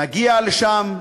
נגיע לשם,